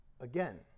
again